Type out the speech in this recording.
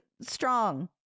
strong